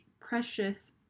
precious